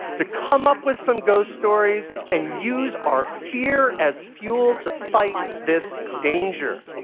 to come up with some ghost stories and use our fear as fuel to fight this danger.